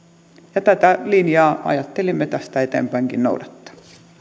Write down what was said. tätä linjaa ajattelimme tästä eteenpäinkin noudattaa